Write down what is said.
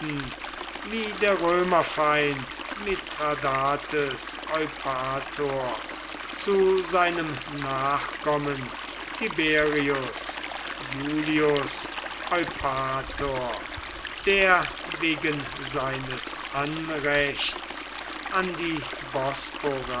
wie der römerfeind mithradates eupator zu seinem nachkommen tiberius iulius eupator der wegen seines anrechts an die